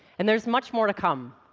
and there's much more to come.